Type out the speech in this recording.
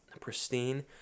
pristine